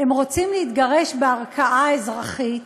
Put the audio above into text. הם רוצים להתגרש בערכאה אזרחית,